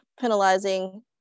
penalizing